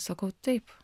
sakau taip